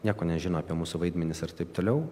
nieko nežino apie mūsų vaidmenis ir taip toliau